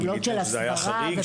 גיליתם שזה היה חריג?